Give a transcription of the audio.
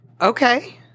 Okay